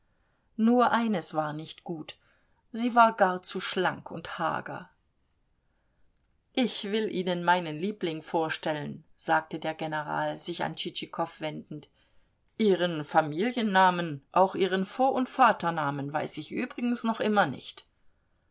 nur eines war nicht gut sie war gar zu schlank und hager ich will ihnen meinen liebling vorstellen sagte der general sich an tschitschikow wendend ihren familiennamen auch ihren vor und vaternamen weiß ich übrigens noch immer nicht